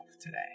today